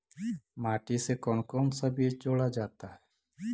माटी से कौन कौन सा बीज जोड़ा जाता है?